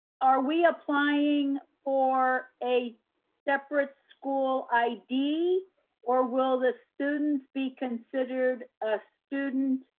are we applying for a separate school id or will the students be considered a student?